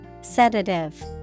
Sedative